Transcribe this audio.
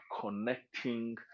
connecting